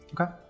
Okay